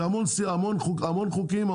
זה המון חוקים,